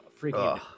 freaking